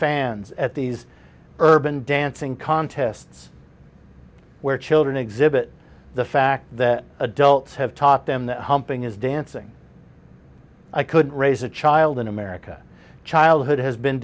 fans at these urban dancing contests where children exhibit the fact that adults have taught them that humping is dancing i could raise a child in america childhood has been